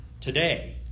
today